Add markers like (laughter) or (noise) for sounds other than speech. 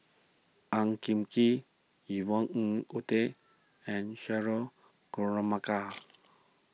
Ang (unintelligible) Kee Yvonne Ng Uhde and Cheryl (unintelligible) (noise)